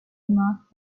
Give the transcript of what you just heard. marked